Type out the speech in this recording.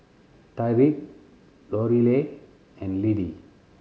Tyriq Lorelai and Lidie